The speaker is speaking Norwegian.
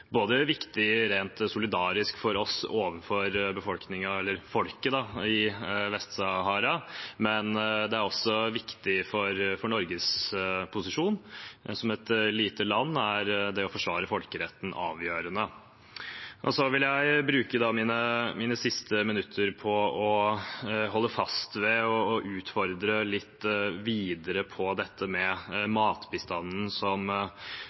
viktig både rent solidarisk for oss og overfor folket i Vest-Sahara. Det er også viktig for Norges posisjon. Men som et lite land er det å forsvare folkeretten avgjørende. Så vil jeg bruke mine siste minutter til å holde fast ved og utfordre litt videre